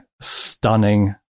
stunning